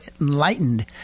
enlightened